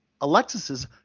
Alexis's